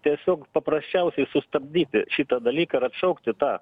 tiesiog paprasčiausiai sustabdyti šitą dalyką ir atšaukti tą